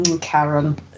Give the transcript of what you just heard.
Karen